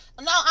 no